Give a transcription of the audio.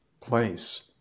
place